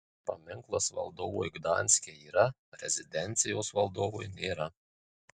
paminklas valdovui gdanske yra rezidencijos valdovui nėra